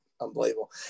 Unbelievable